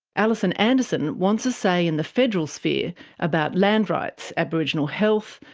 alison anderson wants a say in the federal sphere about land rights, aboriginal health,